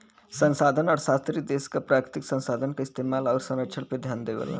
संसाधन अर्थशास्त्री देश क प्राकृतिक संसाधन क इस्तेमाल आउर संरक्षण पे ध्यान देवलन